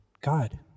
God